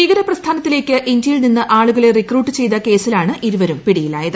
ഭീകര പ്രസ്ഥാനത്തിലേക്ക് ഇന്ത്യയിൽ നിന്ന് ആളുകളെ റിക്രൂട്ട് ചെയ്ത കേസിലാണ് ഇരുവരും പിടിയിലായത്